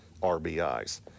RBIs